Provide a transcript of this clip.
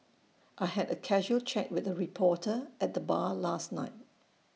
I had A casual chat with A reporter at the bar last night